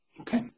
okay